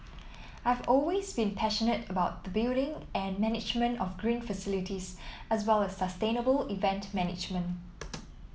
I have always been passionate about the building and management of green facilities as well as sustainable event management